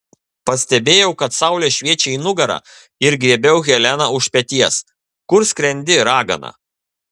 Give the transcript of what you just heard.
pastebėjau kad saulė šviečia į nugarą ir griebiau heleną už peties kur skrendi ragana